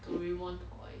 doraemon toy